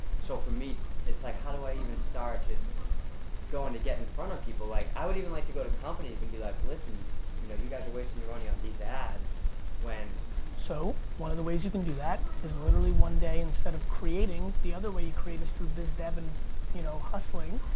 so, for me it's like how do i even start just goin' to get in front of people, like, i would even like to go to companies and be like, listen you know you guys are wastin' your money on these ads when so, one of the ways you can do that is literally one day instead of creating, the other way you create is through biz dev and you know, hustling.